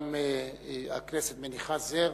גם הכנסת מניחה זר.